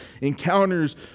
encounters